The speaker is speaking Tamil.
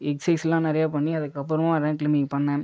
எக்சைஸ்லாம் நிறைய பண்ணி அதுக்கப்புறமாக ராக் க்ளைம்பிங் பண்ணினேன்